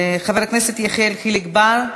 חבר הכנסת יחיאל חיליק בר.